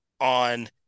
on